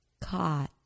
Caught